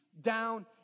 down